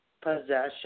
Possession